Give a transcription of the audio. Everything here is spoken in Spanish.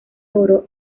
oro